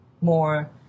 more